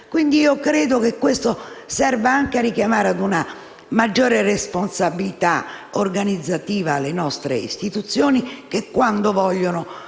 quindi che questo serva anche a richiamare a una maggior responsabilità organizzativa le nostre istituzioni che, quando vogliono,